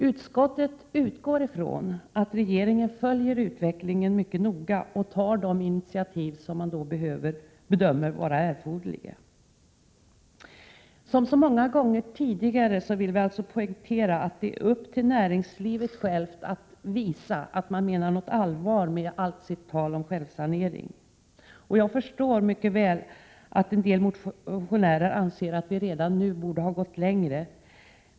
Utskottet utgår från att regeringen följer utvecklingen mycket noga och tar de initiativ som man bedömer vara erforderliga. Som så många gånger tidigare vill vi alltså poängtera att det är upp till näringslivet självt att visa att de menar allvar med allt sitt tal om självsanering. Jag förstår mycket väl att en del motionärer anser att vi redan nu borde ha gått längre.